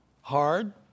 hard